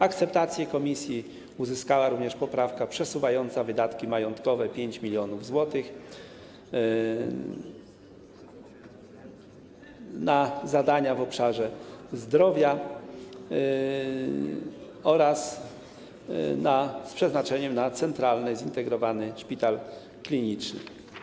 Akceptację komisji uzyskała również poprawka przesuwająca wydatki majątkowe w kwocie 5 mln zł na zadania w obszarze zdrowia oraz z przeznaczeniem na Centralny Zintegrowany Szpital Kliniczny.